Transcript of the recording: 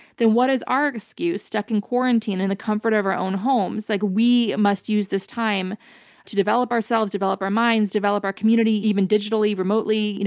then what is our excuse stuck in quarantine in the comfort of our own homes? like we must use this time to develop ourselves, develop our minds, develop our community even digitally, remotely. you know